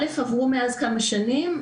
ראשית, עברו מאז כמה שנים.